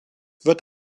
wird